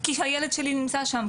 כי הילד שלי נמצא שם,